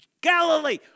Galilee